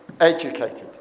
educated